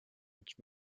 which